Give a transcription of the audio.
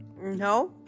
No